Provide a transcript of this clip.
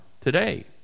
today